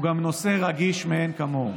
והוא גם נושא סבוך מאין כמוהו,